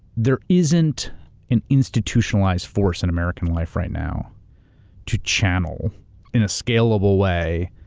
there isn't an institutionalized force in american life right now to channel in a scalable way,